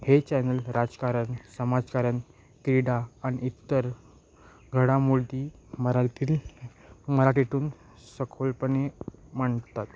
हे चॅनल राजकारण समाजकारण क्रीडा आणि इतर घडामोडी मराठीतील मराठीतून सखोलपणे मांडतात